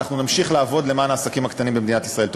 ואנחנו נמשיך לעבוד למען העסקים הקטנים במדינת ישראל.